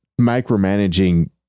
micromanaging